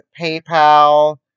PayPal